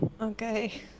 Okay